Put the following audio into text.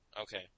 Okay